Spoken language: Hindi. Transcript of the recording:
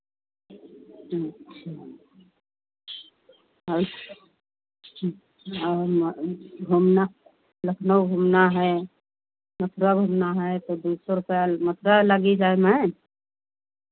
अच्छा और घूमना लखनऊ घूमना है मथुरा घूमना है तो दुइ सौ रुपैया मथुरा लगी जाए मा